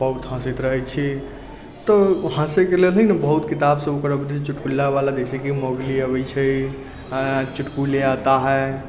बहुत हँसैत रहै छी तऽ हँसैके लेल ही ने बहुत किताब उपलब्ध अछि चुटकुल्लावला जैसे कि मोगली अबै छै चुटकुल्ले आता है